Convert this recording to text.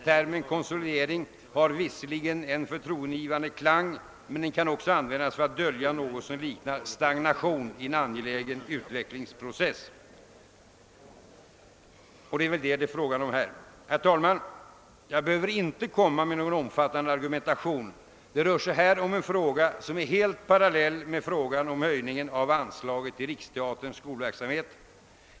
Termen konsolidering har visserligen en förtroendeingivande klang, men den kan också användas för att dölja något som liknar stagnation i en angelägen utvecklingsprocess, och det är väl det det är fråga om här. Herr talman! Jag behöver inte driva någon omfattande argumentation. Det rör sig här om en fråga som är helt parallell med frågan om höjning av anslaget till Svenska riksteaterns skolverksamhet.